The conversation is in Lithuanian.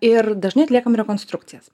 ir dažnai atliekam rekonstrukcijas